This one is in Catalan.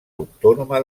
autònoma